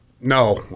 no